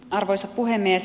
arvoisa puhemies